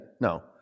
no